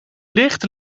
licht